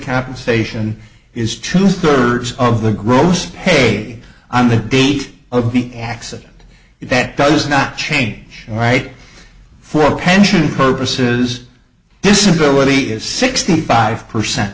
compensation is two thirds of the gross pay on the date of the accident that does not change right for pension purposes disability is sixty five percent